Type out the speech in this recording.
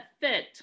fit